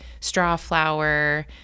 Strawflower